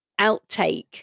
outtake